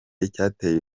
icyateye